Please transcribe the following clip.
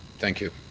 thank you.